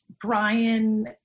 brian